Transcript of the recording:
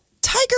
Tiger